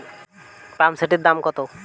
পাম্পসেটের দাম কত?